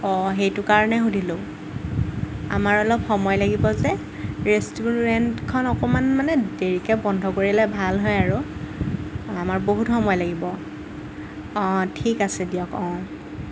অঁ সেইটো কাৰণে সুধিলোঁ আমাৰ অলপ সময় লাগিব যে ৰেষ্টুৰেণ্টখন অকণমান দেৰিকৈ বন্ধ কৰিলে ভাল হয় আৰু আমাৰ বহুত সময় লাগিব অঁ ঠিক আছে দিয়ক অঁ